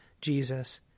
Jesus